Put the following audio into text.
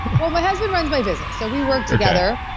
well my husband runs my business so we work together,